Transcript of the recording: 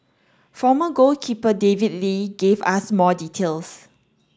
former goalkeeper David Lee gave us more details